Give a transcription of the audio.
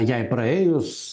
jai praėjus